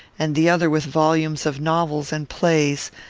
and the other with volumes of novels and plays,